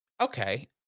okay